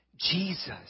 Jesus